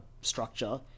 structure